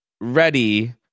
ready